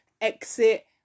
exit